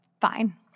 fine